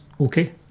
okay